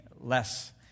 less